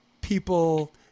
people